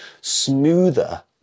smoother